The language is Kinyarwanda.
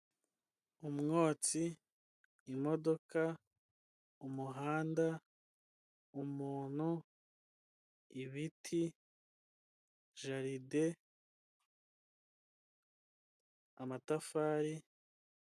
Umwotsi, imodoka, umuhanda, umuntu, ibiti, jaride, amatafari.